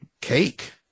cake